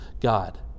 God